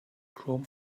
chrome